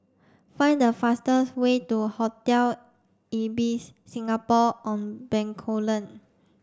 find the fastest way to Hotel Ibis Singapore On Bencoolen